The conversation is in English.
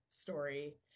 story